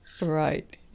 Right